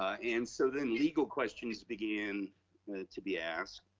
ah and so then legal questions began to be asked